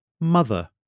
Mother